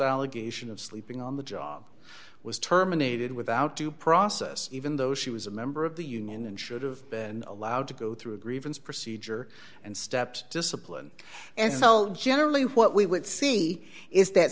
allegation of sleeping on the job was terminated without due process even though she was a member of the union and should have been allowed to go through a grievance procedure and stepped disciplined and so generally what we would see is that